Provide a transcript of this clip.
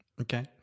Okay